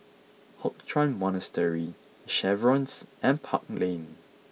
Hock Chuan Monastery The Chevrons and Park Lane